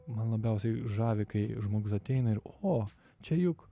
man labiausiai žavi kai žmogus ateina ir o čia juk